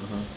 mmhmm